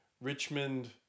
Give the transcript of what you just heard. Richmond